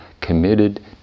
committed